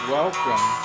welcome